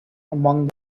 among